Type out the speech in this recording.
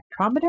spectrometer